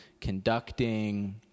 conducting